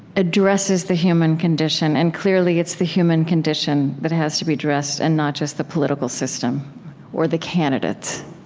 addresses the human condition and clearly it's the human condition that has to be addressed and not just the political system or the candidates